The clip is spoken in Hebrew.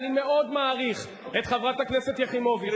אני מאוד מעריך את חברת הכנסת יחימוביץ,